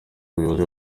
umuyobozi